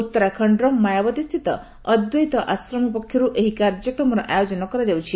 ଉତ୍ତରାଖଣ୍ଡର ମାୟାବତୀସ୍ଥିତ ଅଦ୍ୱୈତ ଆଶ୍ରମ ପକ୍ଷରୁ ଏହି କାର୍ଯ୍ୟକ୍ରମର ଆୟୋଜନ କରାଯାଉଛି